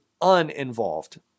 uninvolved